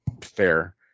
fair